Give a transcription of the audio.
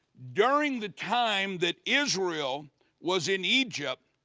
during the time that israel was in egypt,